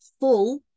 full